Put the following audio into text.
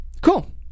cool